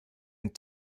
and